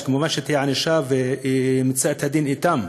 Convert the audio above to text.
כמובן, תהיה ענישה ונמצה את הדין אתם.